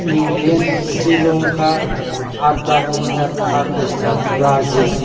England Sri Lanka Afghanistan Pakistan Brasil